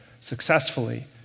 successfully